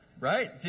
right